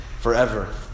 forever